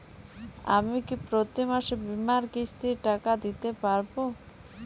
আমি কি প্রতি মাসে বীমার কিস্তির টাকা দিতে পারবো?